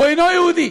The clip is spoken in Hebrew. הוא אינו יהודי,